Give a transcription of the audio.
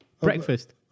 Breakfast